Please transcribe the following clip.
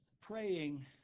praying